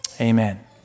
amen